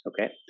okay